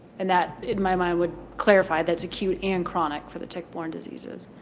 and that, in my mind, would clarify that it's acute and chronic for the tick-borne diseases.